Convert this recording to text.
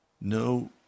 no